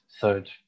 third